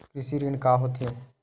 कृषि ऋण का होथे?